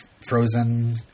frozen